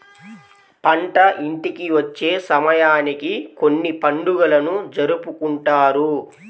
పంట ఇంటికి వచ్చే సమయానికి కొన్ని పండుగలను జరుపుకుంటారు